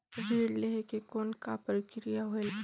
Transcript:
ऋण लहे के कौन का प्रक्रिया होयल?